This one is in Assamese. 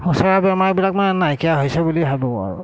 সোঁচৰা বেমাৰবিলাক মানে নাইকিয়া হৈছে বুলি ভাবোঁ আৰু